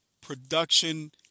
production